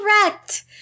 Correct